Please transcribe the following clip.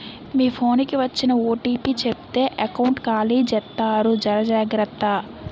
మీ phone కి వచ్చిన OTP చెప్తే ఎకౌంట్ ఖాళీ జెత్తారు జర జాగ్రత్త